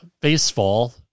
baseball